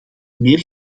meer